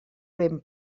ben